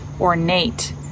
ornate